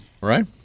Right